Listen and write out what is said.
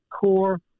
core